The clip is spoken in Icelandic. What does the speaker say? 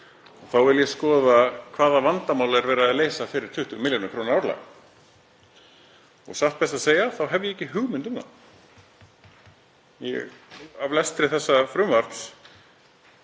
Þá vil ég skoða hvaða vandamál verið er að leysa fyrir 20 millj. kr. árlega. Satt best að segja hef ég ekki hugmynd um það. Af lestri þessa frumvarps